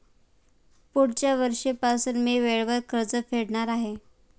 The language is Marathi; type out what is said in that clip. पुढच्या वर्षीपासून मी वेळेवर कर्ज फेडणार आहे